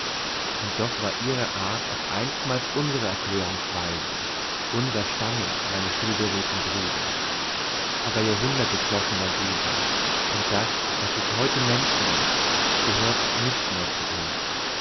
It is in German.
und doch war ihre art auch einstmals unsere erklärungsweise unser stammeln meine stillberedten brüder aber jahrhunderte flossen darüber und das was sich heute mensch nennt gehört nicht mehr zu uns